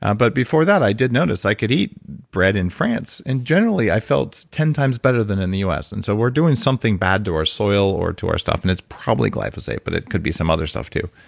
um but before that, i did notice i could eat bread in france and generally i felt ten times better than in the u s, and so we're doing something bad to our soil or to our stuff and it's probably glyphosate, but it could be some other stuff too